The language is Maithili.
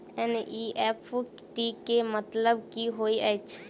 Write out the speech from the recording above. एन.ई.एफ.टी केँ मतलब की होइत अछि?